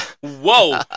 Whoa